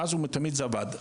מאז ומתמיד זה עבד.